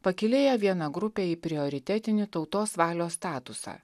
pakylėja vieną grupę į prioritetinį tautos valios statusą